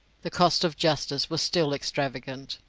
the cost of justice was still extravagant.